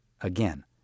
Again